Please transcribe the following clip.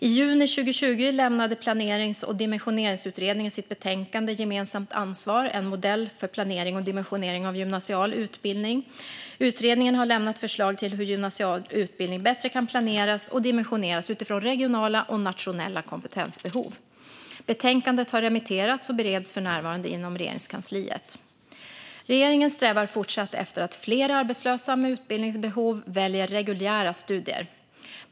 I juni 2020 lämnade planerings och dimensioneringsutredningen sitt betänkande Gemensamt ansvar - en modell för planering och dimensione ring av gymnasial utbildning . Utredningen har lämnat förslag till hur gymnasial utbildning bättre kan planeras och dimensioneras utifrån regionala och nationella kompetensbehov. Betänkandet har remitterats och bereds för närvarande inom Regeringskansliet. Regeringen strävar fortsatt efter att fler arbetslösa med utbildningsbehov ska välja reguljära studier.